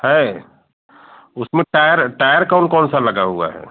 है उसमें tyre tyre कौन कौन सा लगा हुआ है